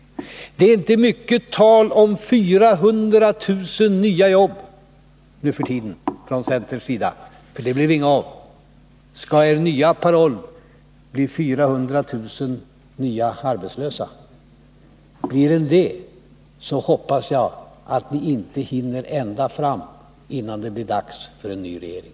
Det är numera inte mycket tal från centerns sida om 400 000 nya jobb, för det blev inget av strävandena i den riktningen. Skall er nya paroll bli 400 000 nya arbetslösa? Om det blir så, hoppas jag att ni inte hinner ända fram innan det blir dags för en ny regering.